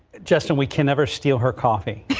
justin we can never steal her coffee.